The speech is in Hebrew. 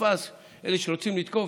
אלה שרוצים לתקוף,